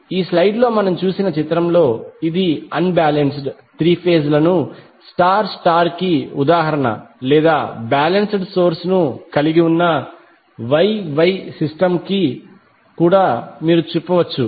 కాబట్టి ఈ స్లయిడ్లో మనం చూసిన చిత్రంలో ఇది అన్ బాలెన్స్డ్ త్రీ ఫేజ్ ల ను స్టార్ స్టార్ కి ఉదాహరణ లేదా బ్యాలెన్స్డ్ సోర్స్ను కలిగి ఉన్న Y Y సిస్టమ్ ను కూడా మీరు చెప్పవచ్చు